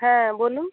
হ্যাঁ বলুন